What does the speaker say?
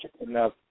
enough